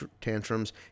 tantrums